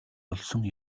олсон